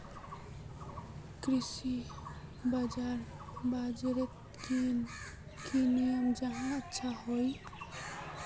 कृषि बाजार बजारोत की की नियम जाहा अच्छा हाई?